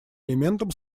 элементом